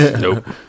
Nope